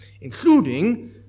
including